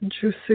juicy